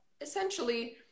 essentially